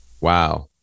Wow